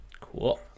cool